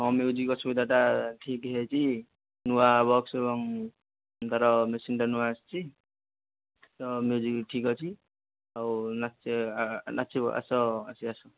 ହଁ ମ୍ୟୁଜିକ୍ ଅସୁବିଧାଟା ଠିକ୍ ହୋଇଯାଇଛି ନୂଆ ବକ୍ସ ତା'ର ମେସିନ୍ଟା ନୁଆ ଆସିଛି ତ ମ୍ୟୁଜିକ୍ ଠିକ୍ ଅଛି ଆଉ ନାଚିବ ଆସ ଆଜି ଆସ